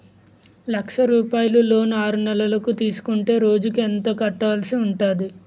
లక్ష రూపాయలు లోన్ ఆరునెలల కు తీసుకుంటే రోజుకి ఎంత కట్టాల్సి ఉంటాది?